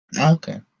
okay